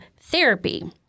therapy